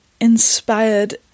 inspired